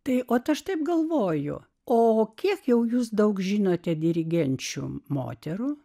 tai ot aš taip galvojo o kiek jau jūs daug žinote dirigenčių moterų